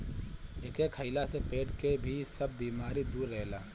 एके खइला से पेट के भी सब बेमारी दूर रहेला